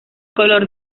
color